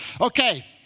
okay